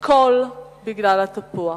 הכול בגלל התפוח.